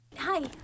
Hi